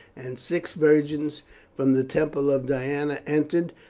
and six virgins from the temple of diana, entered,